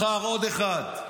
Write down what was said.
מחר עוד אחד.